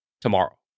tomorrow